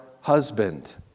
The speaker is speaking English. husband